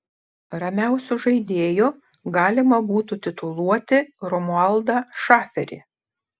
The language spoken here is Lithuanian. ramiausiu žaidėju galima būtų tituluoti romualdą šaferį